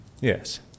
Yes